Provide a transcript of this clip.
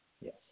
Yes